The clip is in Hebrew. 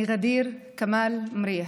אני ע'דיר כמאל מריח,